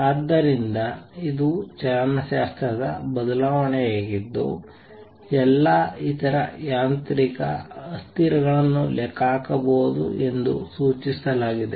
ಆದ್ದರಿಂದ ಇದು ಚಲನಶಾಸ್ತ್ರದ ಬದಲಾವಣೆಯಾಗಿದ್ದು ಎಲ್ಲಾ ಇತರ ಯಾಂತ್ರಿಕ ಅಸ್ಥಿರಗಳನ್ನು ಲೆಕ್ಕಹಾಕಬಹುದು ಎಂದು ಸೂಚಿಸಲಾಗಿದೆ